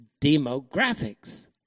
demographics